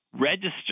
register